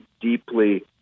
deeply